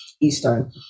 Eastern